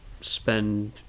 spend